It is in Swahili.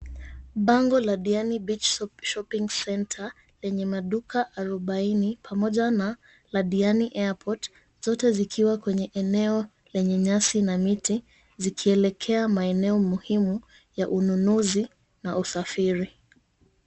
Bango la Diani Beach Shopping centre lenye maduka arubaini pamoja na la Diani Airport, zote zikiwa kwenye eneo lenye nyasi na miti zikielekea maeneo muhimu ya ununuzi na usafiri.